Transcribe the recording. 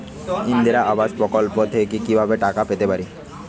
ইন্দিরা আবাস প্রকল্প থেকে কি ভাবে টাকা পেতে পারি?